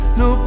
no